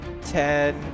Ten